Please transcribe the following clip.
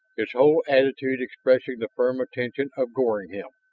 its whole attitude expressing the firm intention of goring him.